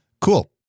Cool